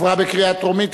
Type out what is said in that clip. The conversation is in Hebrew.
עברה בקריאה טרומית,